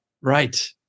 Right